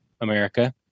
America